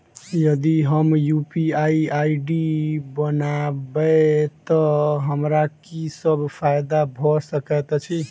यदि हम UPI ID बनाबै तऽ हमरा की सब फायदा भऽ सकैत अछि?